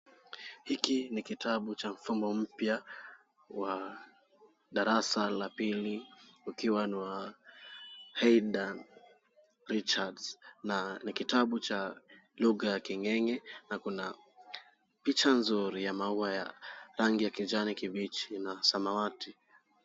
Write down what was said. Hiki ni kitabu cha mfumo mpya wa darasa la pili ukiwa niwa Heidar Richards, na ni kitabu cha lugha ya king'eng'e na kuna picha nzuri ya maua ya rangi ya kijani kibichi na samawati.